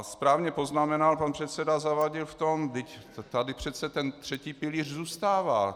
Správně poznamenal pan předseda Zavadil v tom vždyť tady přece ten třetí pilíř zůstává.